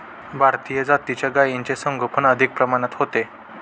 भारतीय जातीच्या गायींचे संगोपन अधिक प्रमाणात होते